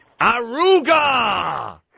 Aruga